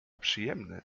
przyjemny